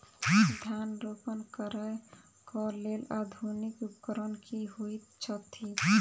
धान रोपनी करै कऽ लेल आधुनिक उपकरण की होइ छथि?